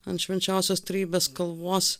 ant švenčiausios trejybės kalvos